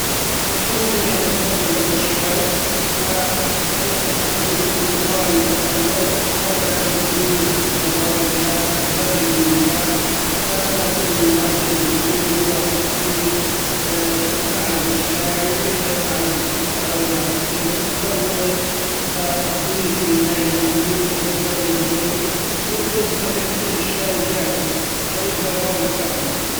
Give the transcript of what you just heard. مشروبي المفضل هو الشاي و طريقة تحضيره وايد سهلي: أولا بجيب براد الماء بغلي الماء و لما تغلي الماء بجيب الكوب واحط فيه معلقة شاي ، معلقة سكر أو معلقتين سكر و بضيف الماء المغلي و بقلب قلب يصبح الشاي جاهز ، الطريقة وايد سهله.